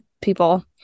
people